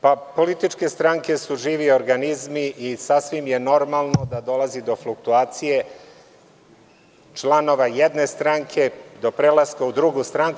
Političke stranke su živi organizmi i sasvim je normalno da dolazi to fluktuacije članova jedne stranke u drugu stranku.